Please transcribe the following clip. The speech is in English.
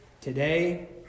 Today